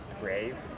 grave